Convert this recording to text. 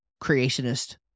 creationist